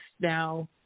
now